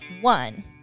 One